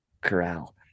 corral